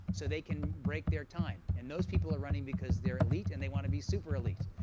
so they can break their time. and those people are running because they're elite, and they want to be super elite.